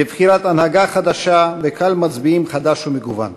לבחירת הנהגה חדשה וקהל מצביעים חדש ומגוון.